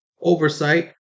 oversight